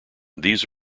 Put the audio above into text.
these